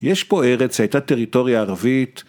יש פה ארץ, שהייתה טריטוריה ערבית.